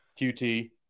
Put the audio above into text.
QT